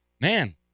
man